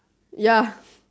ya